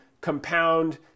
compound